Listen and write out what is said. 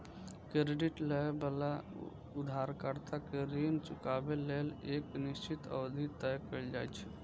credit लए बला उधारकर्ता कें ऋण चुकाबै लेल एक निश्चित अवधि तय कैल जाइ छै